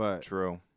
True